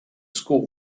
school